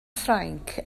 ffrainc